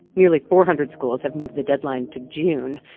nearly four hundred schools have moved the deadline to june.